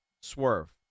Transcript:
Swerve